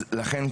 לכן,